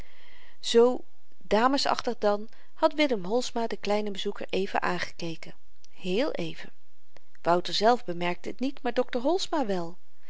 zoo damesachtig dan had willem holsma den kleinen bezoeker even aangekeken heel even wouter zelf bemerkte het niet maar dr holsma wel